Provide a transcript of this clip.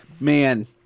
man